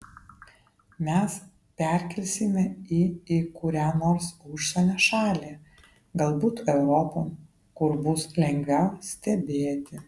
mes perkelsime jį į kurią nors užsienio šalį galbūt europon kur bus lengviau stebėti